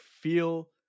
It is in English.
feel